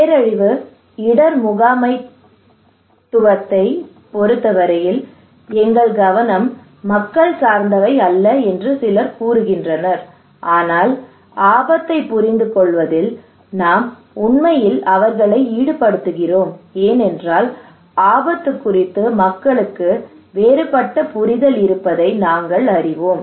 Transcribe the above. பேரழிவு இடர் முகாமைத்துவத்தைப் பொறுத்தவரையில் எங்கள் கவனம் மக்கள் சார்ந்தவை அல்ல என்று சிலர் கூறுகின்றனர் ஆனால் ஆபத்தை புரிந்துகொள்வதில் நாம் உண்மையில் அவர்களை ஈடுபடுத்துகிறோம் ஏனென்றால் ஆபத்து குறித்து மக்களுக்கு வேறுபட்ட புரிதல் இருப்பதை நாங்கள் அறிவோம்